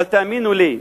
אבל תאמינו לי,